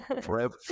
forever